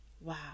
wow